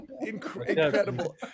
incredible